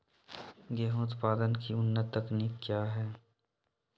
गेंहू उत्पादन की उन्नत तकनीक क्या है?